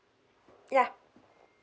ya